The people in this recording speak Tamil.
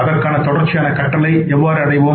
அதற்காக தொடர்ச்சியான கற்றலை எவ்வாறு அடைவோம்